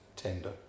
tender